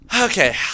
Okay